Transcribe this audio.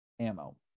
ammo